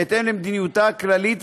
בהתאם למדיניותה הכללית